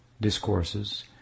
discourses